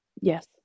Yes